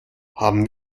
haben